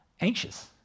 anxious